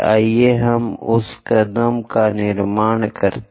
आइए हम उस कदम का निर्माण करें